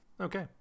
Okay